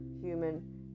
human